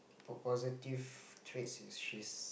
positive trades is she's